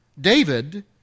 David